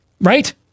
Right